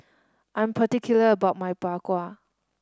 I'm particular about my Bak Kwa